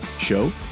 Show